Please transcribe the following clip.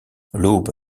l’aube